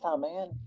man